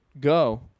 go